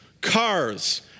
cars